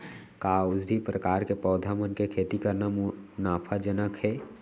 का औषधीय प्रकार के पौधा मन के खेती करना मुनाफाजनक हे?